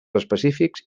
específics